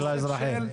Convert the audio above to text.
של האזרחים.